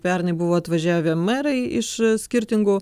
pernai buvo atvažiavę merai iš skirtingų